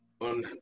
on